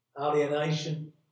alienation